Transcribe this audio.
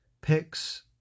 picks